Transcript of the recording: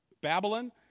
Babylon